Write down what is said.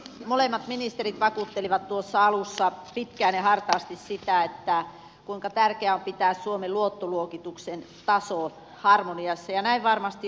molemmat ministerit vakuuttelivat tuossa alussa pitkään ja hartaasti sitä kuinka tärkeää on pitää suomen luottoluokituksen taso harmoniassa ja näin varmasti on